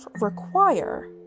require